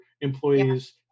employees